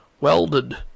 Welded